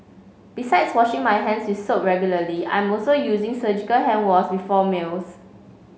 besides washing my hands with soap regularly I'm also using surgical hand wash before meals